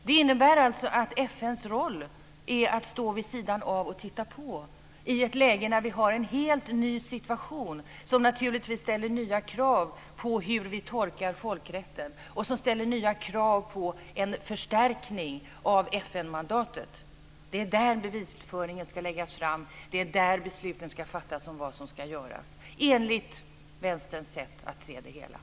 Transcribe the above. Det innebär alltså att FN:s roll är att stå vid sidan av och titta på; detta i ett läge där vi har en helt ny situation som naturligtvis ställer nya krav på hur vi tolkar folkrätten och som ställer nya krav på en förstärkning av FN-mandatet. Det är där som bevisföringen ska läggas fram och det är där som besluten ska fattas om vad som ska göras - enligt Vänsterns sätt att se det hela.